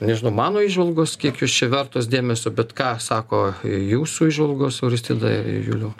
nežinau mano įžvalgos kiek jos čia vertos dėmesio bet ką sako jūsų įžvalgos auristida ir juliau